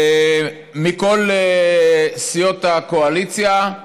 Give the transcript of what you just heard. מכל סיעות הקואליציה.